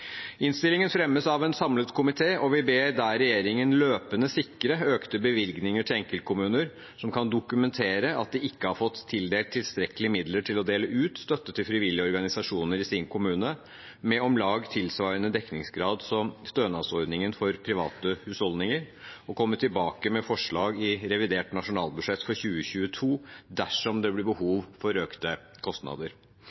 Innstillingen fremmes av en samlet komité. Vi ber der regjeringen løpende sikre økte bevilgninger til enkeltkommuner som kan dokumentere at de ikke har fått tildelt tilstrekkelige midler til å dele ut støtte til frivillige organisasjoner i sin kommune, med om lag tilsvarende dekningsgrad som stønadsordningen for private husholdninger, og komme tilbake med forslag i revidert nasjonalbudsjett for 2022 dersom det blir